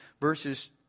verses